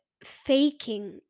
faking